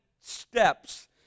steps